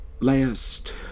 last